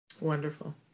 Wonderful